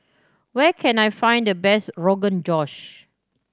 where can I find the best Rogan Josh